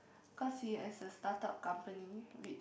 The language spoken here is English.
cause he has a start up company which